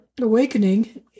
awakening